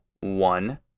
one